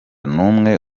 n’umwe